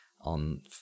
on